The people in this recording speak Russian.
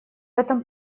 этом